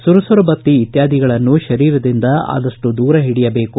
ಸುರ ಸುರ ಬತ್ತಿ ಇತ್ತಾದಿಗಳನ್ನು ಶರೀರದಿಂದ ಆದಷ್ಟು ದೂರ ಹಿಡಿಯಬೇಕು